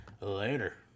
Later